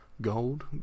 Gold